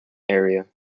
area